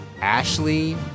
Ashley